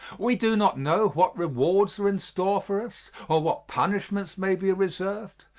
we do not know what rewards are in store for us or what punishments may be reserved,